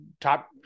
top